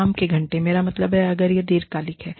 काम के घंटे मेरा मतलब है अगर यह दीर्घकालिक है